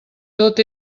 tot